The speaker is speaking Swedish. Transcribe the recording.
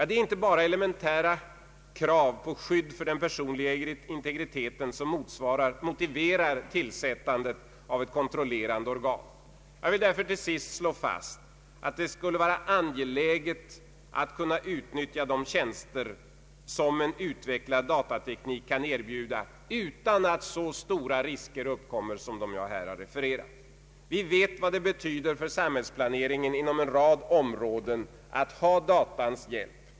Det är inte bara elementära krav på skydd för den personliga integriteten som motiverar tillskapandet av ett kontrollerande organ. Jag vill därför till sist slå fast att det skulle vara angeläget att kunna utnyttja de tjänster som en utvecklad datateknik kan erbjuda utan att så stora risker uppkommer som de jag här refererat. Vi vet vad det betyder för samhällsplaneringen inom en rad områden att ha datateknikens hjälp.